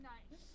Nice